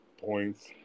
points